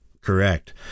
Correct